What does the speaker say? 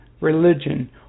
religion